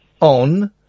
on